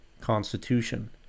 Constitution